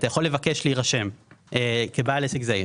אתה יכול לבקש להירשם כבעל עסק זעיר,